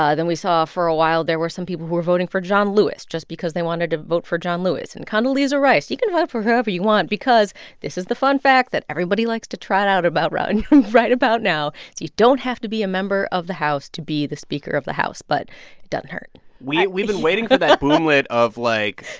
ah then we saw, for a while, there were some people who were voting for john lewis, just because they wanted to vote for john lewis, and condoleezza rice you can vote for whoever you want because this is the fun fact that everybody likes to trot out about right and right about now you don't have to be a member of the house to be the speaker of the house, but it doesn't hurt we've been waiting for that boomlet of, like,